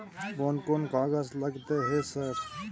कोन कौन कागज लगतै है सर?